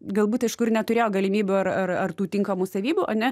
galbūt aišku ir neturėjo galimybių ar ar ar tų tinkamų savybių ane